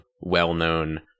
well-known